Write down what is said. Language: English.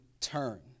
turn